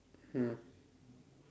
mm